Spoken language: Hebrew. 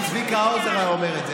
אם צביקה האוזר היה אומר את זה,